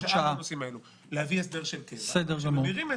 ברגע שממשלה